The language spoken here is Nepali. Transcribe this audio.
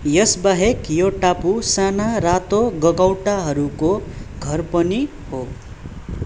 यसबाहेक यो टापु साना रातो गगौँटाहरूको घर पनि हो